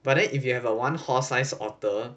but then if you have a one horse size otter